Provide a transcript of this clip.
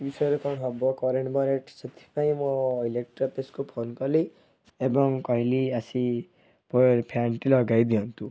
ବିଷୟରେ କଣ ହେବ କରେଣ୍ଟ୍ ମାରିବ ସେଥିପାଇଁ ମୁଁ ଇଲେକ୍ଟ୍ରି ଅଫିସ୍କୁ ଫୋନ୍ କଲି ଏବଂ କହିଲି ଆସି ପ ଫ୍ୟାନ୍ଟି ଲଗାଇ ଦିଅନ୍ତୁ